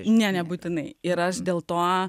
ne nebūtinai ir aš dėl to